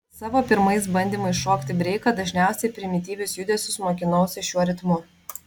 savo pirmais bandymais šokti breiką dažniausiai primityvius judesius mokinausi šiuo ritmu